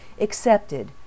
accepted